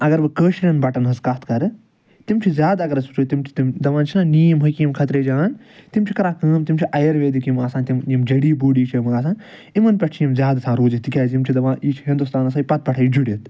اگر بہٕ کٲشریٚن بَٹَن ہٕنٛز کتھ کَرٕ تِم چھِ زیاد اگر أسۍ وٕچھو تِم چھِ تِم دَپان چھِ نہ نیٖم حکیٖم خطرَیے جان تِم چھِ کَران کٲم تِم چھِ ایرویدک یِم آسان تِم جڈیبوٗٹی چھِ یِم آسان یمن پیٚٹھ چھِ یِم زیاد آسان روٗزِتھ تکیاز یِم چھِ دَپان یہِ چھ ہِندُستانَس سۭتۍ پَتہ پیٚٹھے جُڑِتھ